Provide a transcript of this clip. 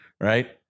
Right